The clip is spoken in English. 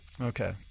okay